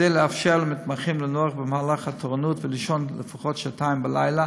כדי לאפשר למתמחים לנוח במהלך התורנות ולישון לפחות שעתיים בלילה,